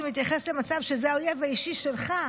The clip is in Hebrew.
זה מתייחס למצב שזה האויב האישי שלך.